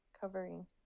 covering